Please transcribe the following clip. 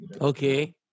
Okay